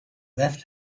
left